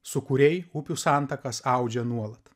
sukūriai upių santakas audžia nuolat